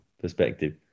perspective